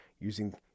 using